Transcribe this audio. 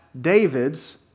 David's